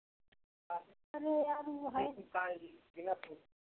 अरे यार उ है